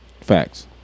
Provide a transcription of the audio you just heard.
Facts